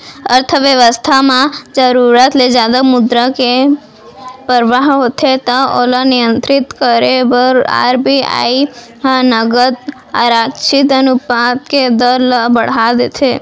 अर्थबेवस्था म जरुरत ले जादा मुद्रा के परवाह होथे त ओला नियंत्रित करे बर आर.बी.आई ह नगद आरक्छित अनुपात के दर ल बड़हा देथे